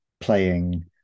playing